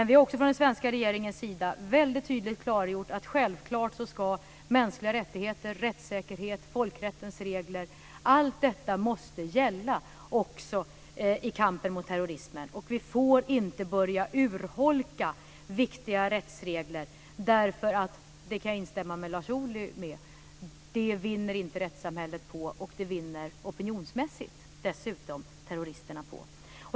Vi har också från den svenska regeringens sida väldigt tydligt klargjort att mänskliga rättigheter, rättssäkerhet och folkrättens regler självklart måste gälla också i kampen mot terrorismen. Vi får inte börja urholka viktiga rättsregler, för det - där kan jag instämma med Lars Ohly - vinner inte rättssamhället på. Dessutom vinner terroristerna på det opinionsmässigt.